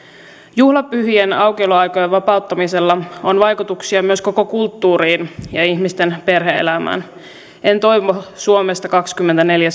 juhlapyhien aukioloaikojen vapauttamisella on vaikutuksia myös koko kulttuuriin ja ihmisten perhe elämään en toivo suomesta kaksikymmentäneljä